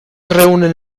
reúnen